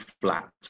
flat